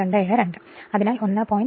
272 ആയിരിക്കും അതിനാൽ 1